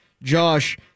Josh